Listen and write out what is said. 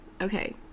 okay